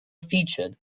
featured